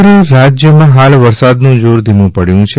સમગ્ર રાજ્યમાં હાલ વરસાદનું જોર ધીમું પડ્યું છે